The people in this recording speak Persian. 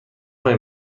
های